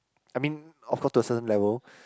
I mean of course to a certain level